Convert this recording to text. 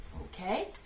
Okay